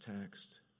text